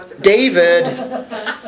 David